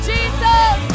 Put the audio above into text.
Jesus